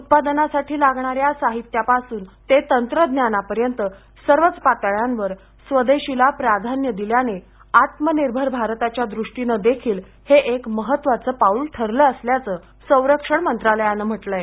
उत्पादनासाठी लागणाऱ्या साहित्य पासून ते तंत्रज्ञानापर्यंत सर्वच पातळ्यांवर स्वदेशीला प्राधान्य दिल्याने आत्मनिर्भर भारताच्या दृष्टीनं देखील हे एक महत्त्वाचं पाऊल ठरलं असल्याचं संरक्षण मंत्रालयानं म्हटलं आहे